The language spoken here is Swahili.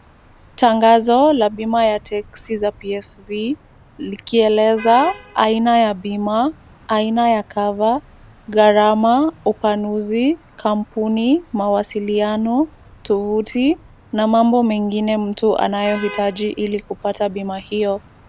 Tangazo la bima la teksi za PSV likieleza aina ya bima, aina ya cover , gharama, upanuzi, kampuni, mawasiliano, tovuti na mambo mengine ambayo mtu anahitaji kupata bima hiyo.